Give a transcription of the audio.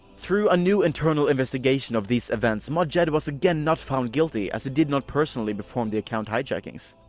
through a new internal investigation of these events, mod jed was again not found guilty, as he did not personally perform the account hijackings.